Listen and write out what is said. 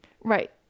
right